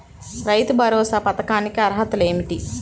రైతు భరోసా పథకానికి అర్హతలు ఏమిటీ?